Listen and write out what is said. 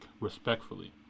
respectfully